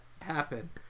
happen